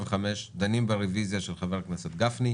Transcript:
ההפסקה לדון ברביזיה של חבר הכנסת גפני,